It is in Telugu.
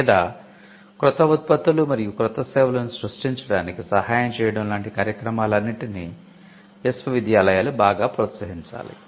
లేదా క్రొత్త ఉత్పత్తులు మరియు క్రొత్త సేవలను సృష్టించడానికి సహాయం చేయడం లాంటి కార్యక్రమాలన్నింటిని విశ్వవిద్యాలయాలు బాగా ప్రోత్సహించాలి